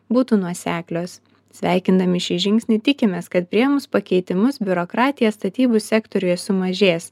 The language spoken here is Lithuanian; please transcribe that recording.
būtų nuoseklios sveikindami šį žingsnį tikimės kad priėmus pakeitimus biurokratija statybų sektoriuje sumažės